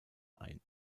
ein